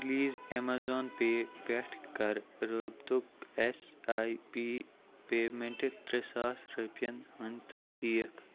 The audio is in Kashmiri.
پُلیٖز اَیٚمازان پیٚے پیٚٹھ کَر رٲبطُک ایس آٮٔی پی پیمنٹہٕ ترٛےٚ ساس رۄپیَن ہٕنٛز تصدیٖق